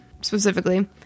specifically